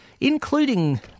including